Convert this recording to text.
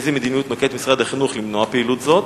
איזו מדיניות נוקט משרד החינוך כדי למנוע פעילות זו?